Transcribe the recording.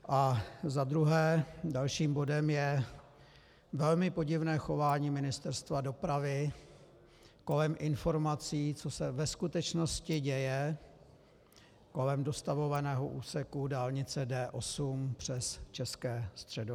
A za druhé, dalším bodem je velmi podivné chování Ministerstva dopravy kolem informací, co se ve skutečnosti děje kolem dostavovaného úseku dálnice D8 přes České středohoří.